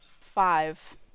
five